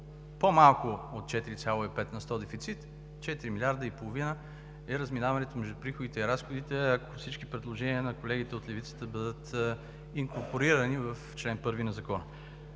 по-малко от 4,5 на сто дефицит, 4,5 млрд. лв. е разминаването между приходите и разходите, ако всички предложения на колегите от левицата бъдат инкорпорирани в чл. 1 на Закона.